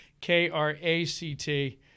K-R-A-C-T